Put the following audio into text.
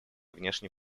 внешней